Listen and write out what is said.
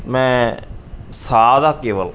ਮੈਂ ਸਾਹ ਦਾ ਕੇਵਲ